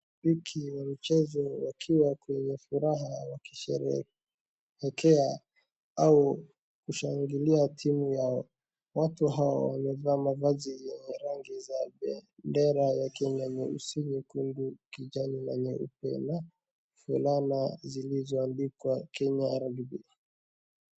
Mashabiki wa michezo wakiwa kwenye furaha wakisherehekea au kushangilia timu yao, watu hawa wamevaa mavazi ya rangi ya bendera ya Kenya, nyeusi, nyekundu, kijani na nyeupe na fulana zilizoandikwa Kenya Arabic.